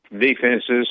defenses